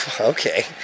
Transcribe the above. okay